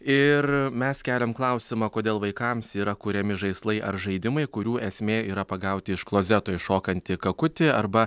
ir mes keliam klausimą kodėl vaikams yra kuriami žaislai ar žaidimai kurių esmė yra pagauti iš klozeto iššokantį kakutį arba